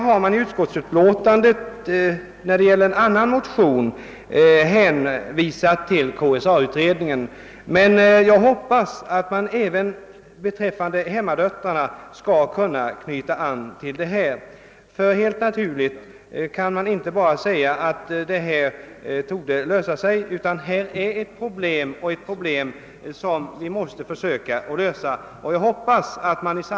I utskottsutlåtandet har beträffande en annan motion hänvisats till KSA utredningen, men jag hoppas att även frågan om hemmadöttrarna skall kunna tas upp i detta sammanhang. Helt naturligt kan vi inte bara vänta att allt så småningom kommer att ordna sig utan vidare. Nej, här föreligger ett problem som vi måste försöka lösa. Herr talman!